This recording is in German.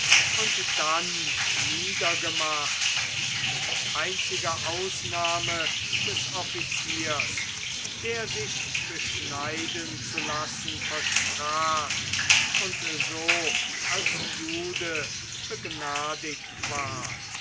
und dann niedergemacht mit einziger ausnahme des offiziers der sich beschneiden zu lassen versprach und so als jude begnadigt ward